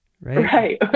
right